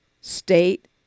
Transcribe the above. state